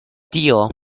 tio